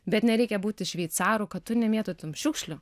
bet nereikia būti šveicaru kad tu nemėtytum šiukšlių